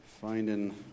Finding